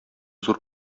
зур